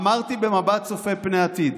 אמרתי, במבט צופה פני עתיד,